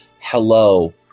Hello